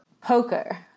poker